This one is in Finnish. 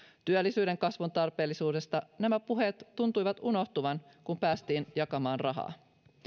työllisyyden kasvun tarpeellisuudesta nämä puheet tuntuivat unohtuvan kun päästiin jakamaan rahaa